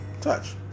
Touch